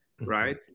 right